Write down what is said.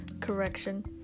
correction